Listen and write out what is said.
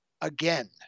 again